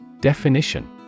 Definition